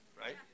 right